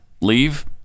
leave